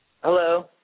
Hello